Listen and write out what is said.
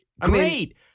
great